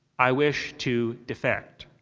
i wish to defect.